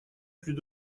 plus